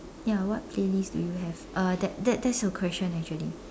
ya what playlist do you have uh that that's your question actually